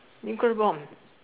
nuclear bomb